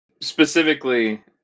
Specifically